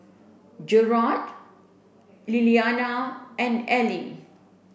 Gearld Lilianna and Eli